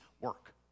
work